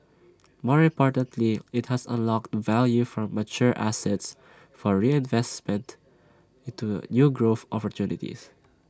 more importantly IT has unlocked value from mature assets for reinvestment into new growth opportunities